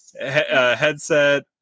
headset